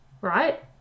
right